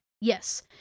Yes